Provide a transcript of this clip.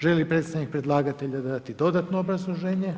Želi li predstavnik predlagatelja dati dodatno obrazloženje?